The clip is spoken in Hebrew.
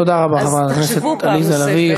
תודה רבה, חברת הכנסת עליזה לביא.